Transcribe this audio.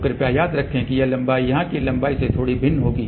तो कृपया याद रखें कि यह लंबाई यहां की लंबाई से थोड़ी भिन्न होगी